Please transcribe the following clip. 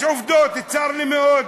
יש עובדות, צר לי מאוד.